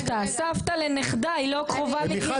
סבתא לנכדה היא לא קרובה מדרגה ראשונה?